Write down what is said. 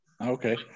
okay